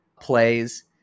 plays